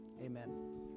Amen